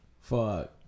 Fuck